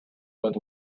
but